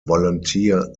volunteer